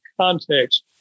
context